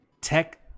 tech